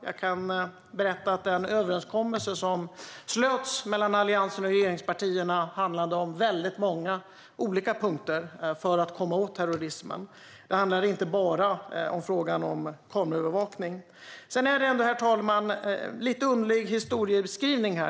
Jag kan berätta att den överenskommelse som slöts mellan Alliansen och regeringspartierna handlade om många punkter för att komma åt terrorismen, inte bara om kameraövervakning. Herr talman! Det är dock en lite underlig historieskrivning.